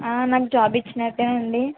ఆ నాకు జాబ్ ఇచ్చినట్టేనా అండి